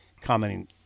commenting